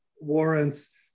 warrants